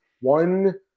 one